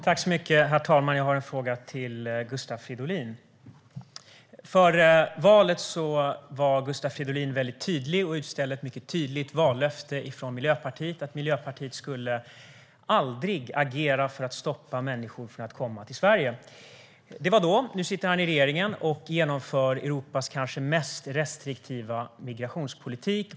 Herr talman! Jag har en fråga till Gustav Fridolin. Före valet var Gustav Fridolin mycket tydlig och utställde ett väldigt tydligt vallöfte från Miljöpartiet, att Miljöpartiet aldrig skulle agera för att stoppa människor från att komma till Sverige. Det var då. Nu sitter han i regeringen och genomför Europas kanske mest restriktiva migrationspolitik.